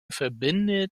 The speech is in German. verbindet